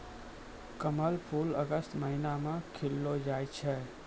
कमल फूल अगस्त महीना मे खिललो जाय छै